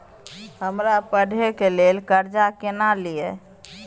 हमरा पढ़े के लेल कर्जा केना लिए?